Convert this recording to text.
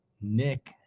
Nick